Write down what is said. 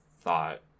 thought